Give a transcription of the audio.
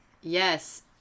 yes